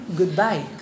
goodbye